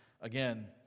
again